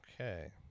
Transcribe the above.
Okay